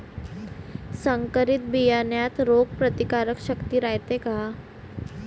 संकरित बियान्यात रोग प्रतिकारशक्ती रायते का?